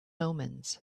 omens